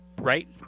right